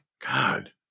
God